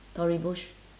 tory burch